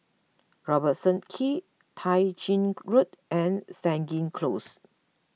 Robertson Quay Tai Gin Road and Stangee Close